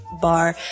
bar